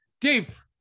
Dave